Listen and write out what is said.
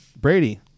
Brady